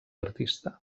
artista